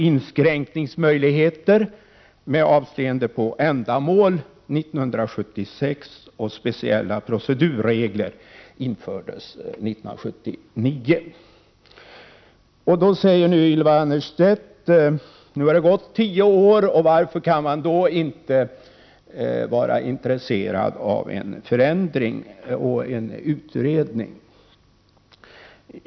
Inskränkningsmöjligheter med avseende på ändamål infördes 1976, och speciella procedurregler infördes 1979. Ylva Annerstedt säger: Nu har det gått tio år. Varför kan man då inte vara intresserad av en utredning och en förändring?